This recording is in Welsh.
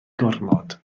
gormod